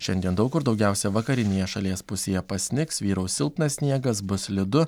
šiandien daug kur daugiausia vakarinėje šalies pusėje pasnigs vyraus silpnas sniegas bus slidu